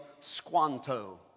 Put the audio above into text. Squanto